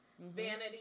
Vanity